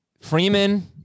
Freeman